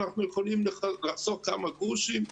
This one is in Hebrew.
אנחנו יכולים לחסוך כמה גרושים,